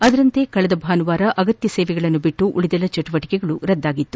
ಅದರಂತೆ ಕಳೆದ ಭಾನುವಾರ ಅಗತ್ಯ ಸೇವೆಗಳನ್ನು ಹೊರತುಪಡಿಸಿ ಉಳಿದೆಲ್ಲಾ ಚಟುವಟಿಕೆಗಳು ರದ್ದಾಗಿತ್ತು